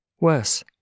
Worse